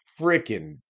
freaking